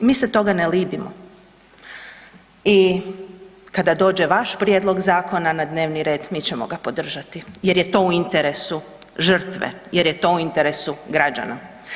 Mi se toga ne libimo i kada dođe vaš prijedlog zakona na dnevni red mi ćemo ga podržati jer je to u interesu žrtve, jer je to u interesu građana.